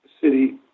city